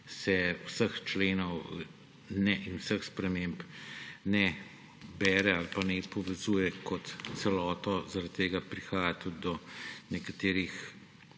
se vseh členov in vseh sprememb ne bere ali pa ne povezuje kot celoto, zaradi tega prihaja tudi do nekaterih